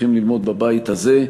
צריכים ללמוד בבית הזה,